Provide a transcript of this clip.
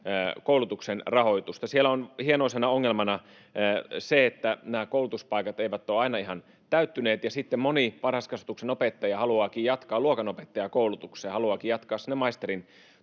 koulutuksen rahoitusta. Siellä on hienoisena ongelmana se, että nämä koulutuspaikat eivät ole aina ihan täyttyneet, ja sitten moni varhaiskasvatuksen opettaja haluaakin jatkaa luokanopettajakoulutukseen ja haluaakin jatkaa sinne